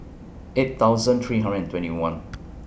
eight thousand three hundred and twenty one